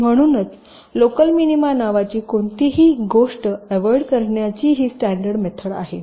म्हणूनच local minima नावाची कोणतीही गोष्ट अव्हॉइड करण्याची ही स्टॅंडर्ड मेथड आहे